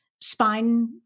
spine